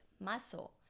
muscle